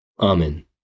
amen